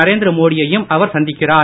நரேந்திரமோடியையும் அவர் சந்திக்கிறார்